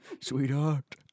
sweetheart